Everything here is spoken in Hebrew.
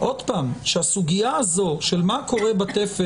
עוד פעם שהסוגייה הזו של מה קורה בתפר